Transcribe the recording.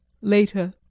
later.